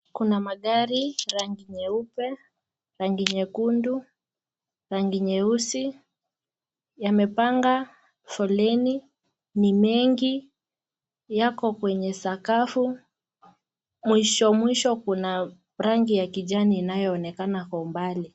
Kuna magari rangi nyeupe, rangi nyekundu, rangi nyeusi, yamepanga foleni, ni mengi yako kwenye sakafu, mwisho mwisho kuna rangi ya kijani inayoonekana kwa umbali.